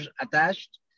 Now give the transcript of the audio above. attached